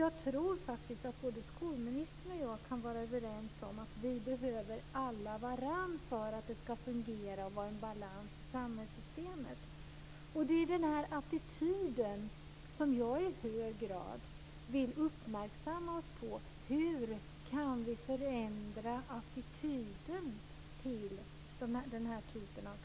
Jag tror att skolministern och jag kan vara överens om att vi alla behöver varandra för att det hela ska fungera och för att det ska finnas en balans i samhällssystemet. Det är just attityden som jag i hög grad vill göra oss uppmärksamma på. Hur kan vi förändra attityden till denna typ av kunskap?